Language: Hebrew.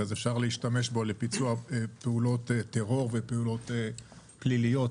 אז אפשר להשתמש בו לביצוע פעולות טרור ופעולות פליליות